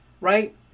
right